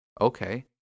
Okay